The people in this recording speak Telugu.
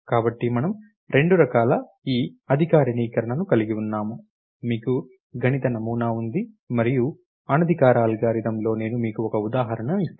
కాబట్టి మనము రెండు రకాల ఈ అధికారికీకరణను కలిగి ఉన్నాము మీకు గణిత నమూనా ఉంది మరియు అనధికారిక అల్గోరిథంలో నేను మీకు ఒక ఉదాహరణ ఇస్తాను